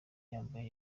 yambaye